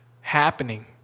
happening